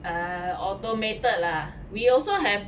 uh automated lah we also have